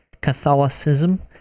Catholicism